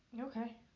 okay